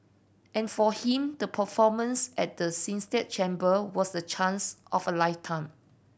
and for him the performance at the Sistine Chapel was the chance of a lifetime